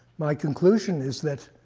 my conclusion is that,